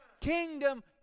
Kingdom